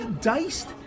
Diced